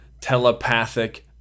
telepathic